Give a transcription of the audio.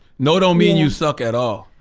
no don't mean you suck at all.